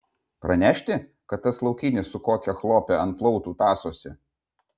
pranešti kad tas laukinis su kokia chlope ant plautų tąsosi